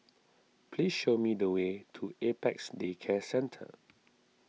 please show me the way to Apex Day Care Centre